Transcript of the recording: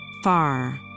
far